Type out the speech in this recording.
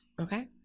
Okay